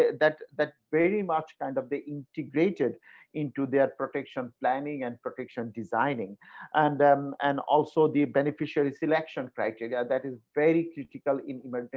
that that's very much kind of the integrated into their protection, planning and protection designing and um and also the beneficiary selection criteria that is very critical in humanity.